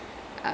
mm